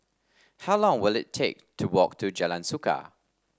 how long will it take to walk to Jalan Suka